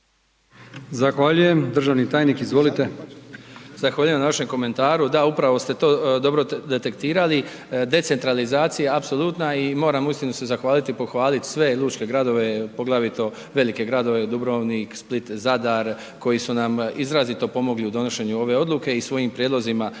Zahvaljujem. Državni tajnik, izvolite. **Glavina, Tonči** Zahvaljujem na vašem komentaru. Da, upravo ste to dobro detektirali. Decentralizacija apsolutna i moram uistinu se zahvaliti i pohvaliti sve lučke gradove, poglavito velike gradove, Dubrovnik, Split, Zadar, koji su nam izrazito pomogli u donošenju ove odluke i svojim prijedlozima na